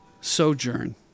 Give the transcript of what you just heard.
sojourn